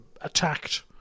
attacked